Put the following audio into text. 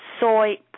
soy